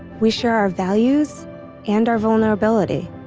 we share our values and our vulnerability.